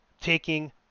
taking